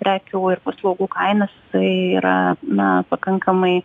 prekių ir paslaugų kainas tai yra na pakankamai